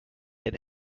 hit